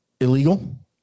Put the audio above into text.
illegal